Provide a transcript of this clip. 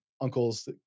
uncles